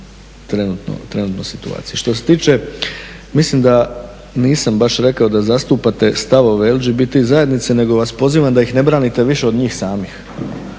trenutno situaciji. Što se tiče, mislim da nisam baš rekao da zastupate stavove LGBT zajednice, nego vas pozivam da ih ne branite više od njih samih.